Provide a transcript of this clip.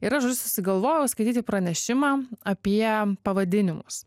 ir aš žodžiu susigalvojau skaityti pranešimą apie pavadinimus